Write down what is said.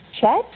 chat